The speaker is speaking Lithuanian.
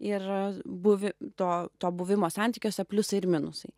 ir buvi to to buvimo santykiuose pliusai ir minusai